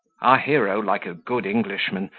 our hero, like a good englishman,